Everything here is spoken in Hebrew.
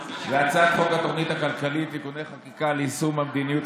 הצעת חוק התוכנית הכלכלית (תיקוני חקיקה ליישום המדיניות